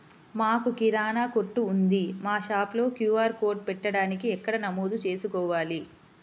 మాకు కిరాణా కొట్టు ఉంది మా షాప్లో క్యూ.ఆర్ కోడ్ పెట్టడానికి ఎక్కడ నమోదు చేసుకోవాలీ?